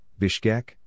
Bishkek